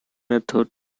method